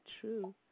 true